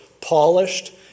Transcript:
polished